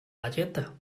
galleta